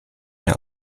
der